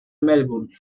melbourne